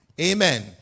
Amen